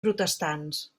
protestants